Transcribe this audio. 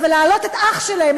אבל להעלות את אח שלהם,